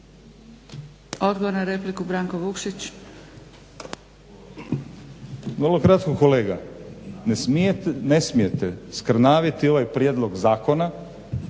laburisti - Stranka rada)** Vrlo kratko kolega, ne smijete skrnaviti ovaj prijedlog zakona